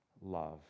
love